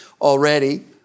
already